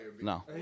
No